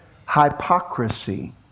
hypocrisy